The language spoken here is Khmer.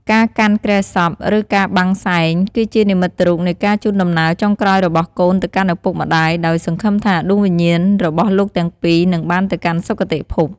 ការកាន់គ្រែសព ឬការបាំងសែង គឺជានិមិត្តរូបនៃការជូនដំណើរចុងក្រោយរបស់កូនទៅកាន់ឪពុកម្តាយ ដោយសង្ឃឹមថាដួងវិញ្ញាណរបស់លោកទាំងពីរនឹងបានទៅកាន់សុគតិភព។